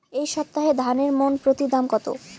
এই সপ্তাহে ধানের মন প্রতি দাম কত?